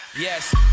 Yes